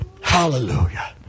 Hallelujah